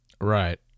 Right